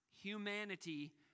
Humanity